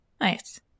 Nice